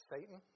Satan